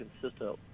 consistent